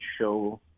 show